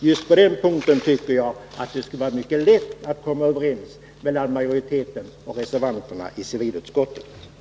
Just på den punkten tycker jag att det borde vara mycket lätt för majoriteten och reservanterna i civilutskottet att komma överens.